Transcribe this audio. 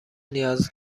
نیاز